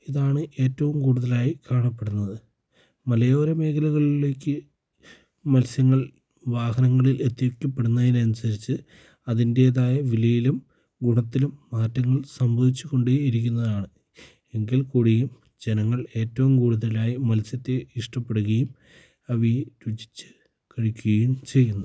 ഇതാണ് ഏറ്റവും കൂടുതലായി കാണപ്പെടുന്നത് മലയോര മേഖലകളിലേക്ക് മത്സ്യങ്ങൾ വാഹനങ്ങളിൽ എത്തിക്കപ്പെടുന്നതിന് അനുസരിച്ചു അതിൻ്റേതായ വിലയിലും ഗുണത്തിലും മാറ്റങ്ങൾ സംഭവിച്ചു കൊണ്ടേ ഇരിക്കുന്നതാണ് എങ്കിൽ കൂടിയും ജനങ്ങൾ ഏറ്റവും കൂടുതലായി മത്സ്യത്തെ ഇഷ്ടപ്പെടുകയും അവയെ രുചിച്ചു കഴിക്കുകയും ചെയ്യുന്നു